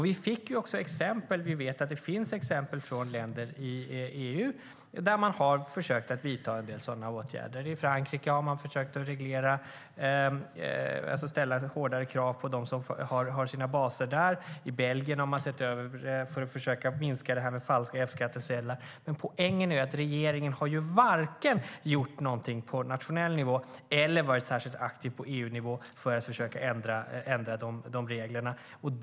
Vi vet också att det finns exempel från länder i EU där man har försökt vidta en del sådana åtgärder. I Frankrike har man försökt ställa hårdare krav på dem som har sina baser där. I Belgien har man gjort en översyn för att försöka minska problemet med falska F-skattsedlar. Men poängen är att regeringen varken har gjort någonting på nationell nivå eller varit särskilt aktiv på EU-nivå för att försöka ändra reglerna.